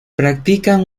practican